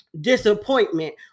Disappointment